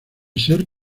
ser